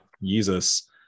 jesus